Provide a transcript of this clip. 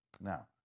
Now